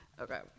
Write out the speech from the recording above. Okay